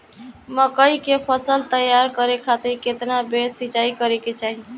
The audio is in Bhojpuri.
मकई के फसल तैयार करे खातीर केतना बेर सिचाई करे के चाही?